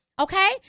Okay